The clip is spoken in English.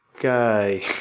guy